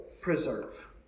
preserve